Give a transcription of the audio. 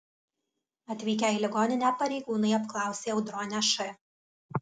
atvykę į ligoninę pareigūnai apklausė audronę š